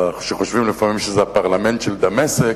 שחושבים לפעמים שזה הפרלמנט של דמשק,